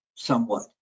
Somewhat